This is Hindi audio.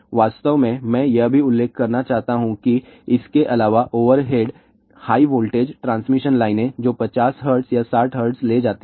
वास्तव में मैं यह भी उल्लेख करना चाहता हूं कि इसके अलावा ओवरहेड हाई वोल्टेज ट्रांसमिशन लाइनें जो 50 हर्ट्ज या 60 हर्ट्ज ले जाती हैं